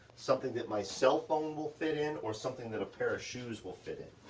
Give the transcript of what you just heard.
something that my cell phone will fit in, or something that a pair of shoes will fit in.